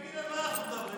תגיד, על מה אנחנו מדברים?